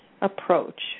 approach